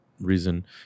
reason